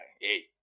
Hey